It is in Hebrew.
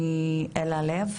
אל הלב.